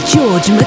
George